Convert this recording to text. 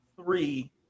three